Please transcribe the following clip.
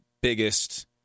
biggest